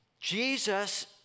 Jesus